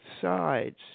sides